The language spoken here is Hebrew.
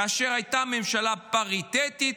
כאשר הייתה ממשלה פריטטית.